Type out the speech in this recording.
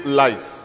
lies